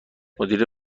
مدیره